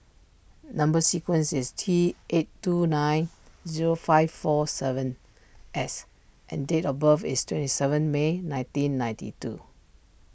Number Sequence is T eight two nine zero five four seven S and date of birth is twenty seven May nineteen ninety two